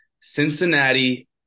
Cincinnati